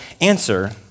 answer